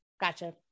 Gotcha